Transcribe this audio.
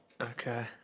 Okay